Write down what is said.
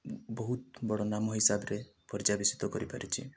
ବହୁତ ବଡ ନାମ ହିସାବରେ ପର୍ଯ୍ୟବେସିତ କରିପାରିଛି